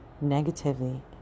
negatively